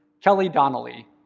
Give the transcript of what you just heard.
kelly donnelly,